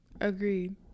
Agreed